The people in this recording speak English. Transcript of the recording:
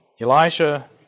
Elijah